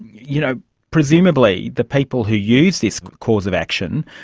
you know presumably the people who use this cause of action